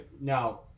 Now